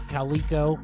Calico